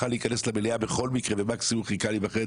להיכנס למליאה בכל מקרה ומקסימום חיכה לי בחדר,